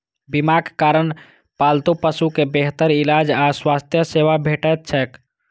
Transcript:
बीमाक कारण पालतू पशु कें बेहतर इलाज आ स्वास्थ्य सेवा भेटैत छैक